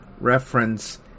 reference